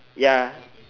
ya